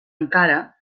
encara